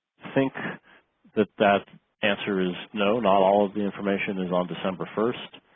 think that that answer is no not all of the information is on december first.